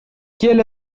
quelle